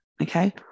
okay